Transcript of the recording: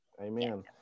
amen